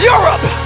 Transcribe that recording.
Europe